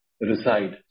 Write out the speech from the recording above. reside